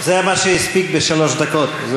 זה מה שהוא הספיק בשלוש דקות.